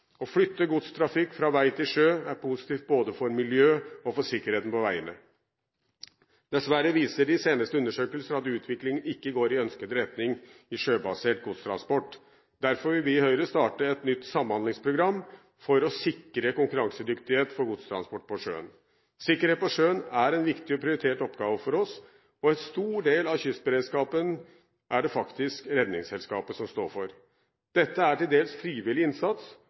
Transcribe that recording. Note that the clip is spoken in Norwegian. Å flytte godstrafikk fra vei til sjø er positivt både for miljøet og for sikkerheten på veiene. Dessverre viser de seneste undersøkelser at utviklingen ikke går i ønsket retning i sjøbasert godstransport. Derfor vil vi i Høyre starte et nytt samhandlingsprogram for å sikre konkurransedyktighet for godstransport på sjøen. Sikkerhet på sjøen er en viktig og prioritert oppgave for oss. En stor del av kystberedskapen er det faktisk Redningsselskapet som står for. Dette er til dels frivillig innsats,